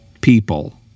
people